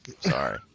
sorry